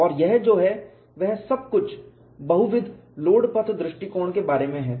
तो यह जो है वह सब कुछ बहुविध लोड पथ दृष्टिकोण के बारे में है